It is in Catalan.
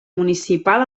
municipal